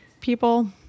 people